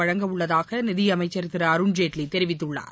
வழங்கவுள்ளதாக நிதியமைச்சர் திரு அருண்ஜேட்வி தெரிவித்துள்ளார்